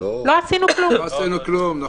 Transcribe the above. לא עשינו כלום.